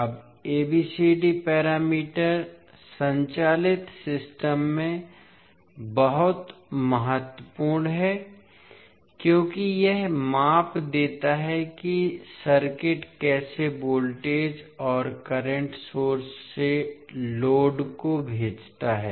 अब ABCD parameter संचालित system में बहुत महत्वपूर्ण है क्योंकि यह माप देता है कि सर्किट कैसे वोल्टेज और करंट सोर्स से लोड को भेजता है